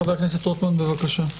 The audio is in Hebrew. חבר הכנסת רוטמן, בבקשה.